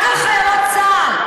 רק על חיילות צה"ל,